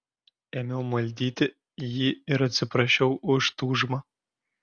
ėmiau maldyti jį ir atsiprašiau už tūžmą